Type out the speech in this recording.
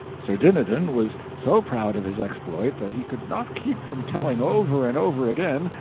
sir dinadan was so proud of his exploit that he could not keep from telling over and over again,